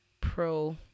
pro